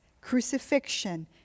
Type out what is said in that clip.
crucifixion